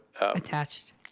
Attached